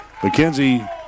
McKenzie